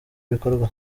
bikorwa